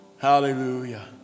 Hallelujah